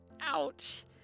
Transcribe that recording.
Ouch